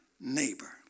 neighbor